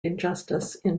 injustice